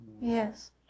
Yes